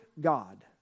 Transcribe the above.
God